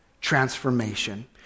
transformation